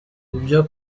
ibyo